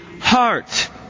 heart